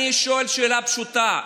אני שואל שאלה פשוטה: